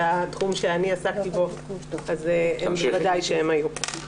התחום שאני עסקתי בו אז בוודאי שהם היו.